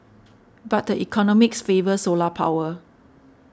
but the economics favour solar power